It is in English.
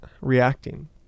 reacting